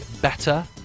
better